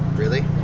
really?